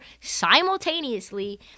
simultaneously